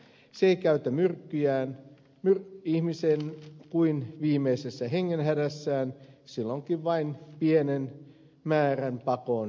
se ei käytä myrkkyään ihmiseen kuin viimeisessä hengenhädässä silloinkin vain pienen määrän pakoon päästäkseen